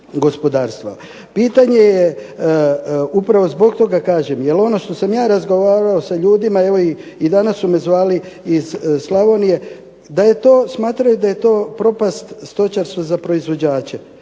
Pitanje je upravo zbog toga, kažem, jer ono što sam ja razgovarao sa ljudima, evo i danas su me zvali iz Slavonije, smatraju da je to propast stočarstva za proizvođače.